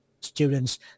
students